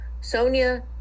sonia